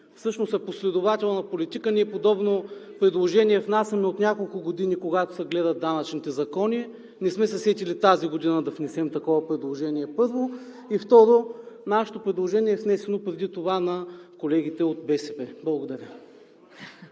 всъщност е последователна политика. Ние подобно предложение внасяме от няколко години, когато се гледат данъчните закони. Не сме се сетили тази година да внесем такова предложение, първо, и второ, нашето предложение е внесено преди това на колегите от БСП. Благодаря.